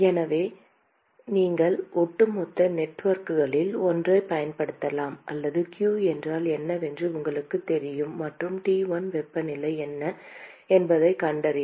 எனவே நீங்கள் ஒட்டுமொத்த நெட்வொர்க்குகளில் ஒன்றைப் பயன்படுத்தலாம் அல்லது q என்றால் என்னவென்று உங்களுக்குத் தெரியும் மற்றும் T1 வெப்பநிலை என்ன என்பதைக் கண்டறியலாம்